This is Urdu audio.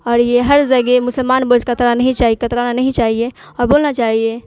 اور یہ ہر جگہ مسلمان کترانا نہیں چاہیے اور بولنا چاہیے